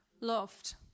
loved